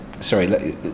Sorry